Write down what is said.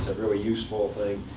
really useful thing.